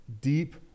deep